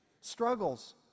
struggles